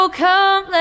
come